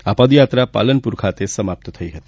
આ પદયાત્રા પાલનપુર ખાતે સમાપ્ત થઇ હતી